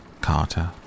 Carter